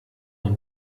ein